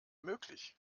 möglich